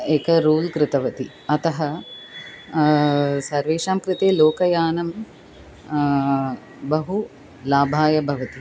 एकं रूल् कृतवती अतः सर्वेषां कृते लोकयानं बहु लाभाय भवति